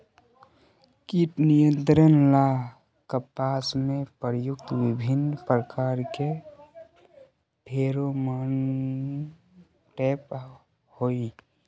कीट नियंत्रण ला कपास में प्रयुक्त विभिन्न प्रकार के फेरोमोनटैप होई?